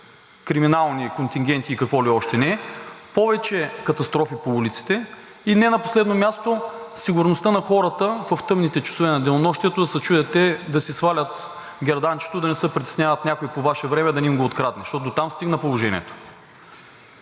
криминални контингенти и какво ли още не, повече катастрофи по улиците и не на последно място сигурността на хората в тъмните часове на денонощието – да се чудят да си свалят ли герданчето, да не се притесняват някой по Ваше време да не им го открадне, защото дотам стигна положението.